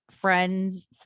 friends